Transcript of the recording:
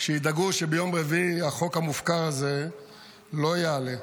שידאגו שביום רביעי החוק המופקר הזה לא יעלה.